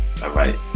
Bye-bye